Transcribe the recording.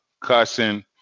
cussing